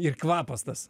ir kvapas tas